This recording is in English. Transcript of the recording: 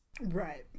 Right